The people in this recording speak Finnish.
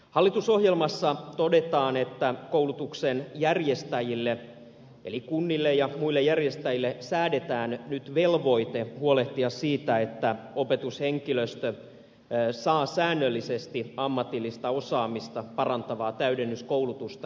hallitusohjelmassa todetaan että koulutuksen järjestäjille eli kunnille ja muille järjestäjille säädetään nyt velvoite huolehtia siitä että opetushenkilöstö saa säännöllisesti ammatillista osaamista parantavaa täydennyskoulutusta